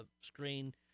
screen